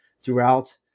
throughout